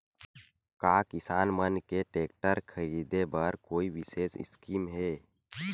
का किसान मन के टेक्टर ख़रीदे बर कोई विशेष स्कीम हे?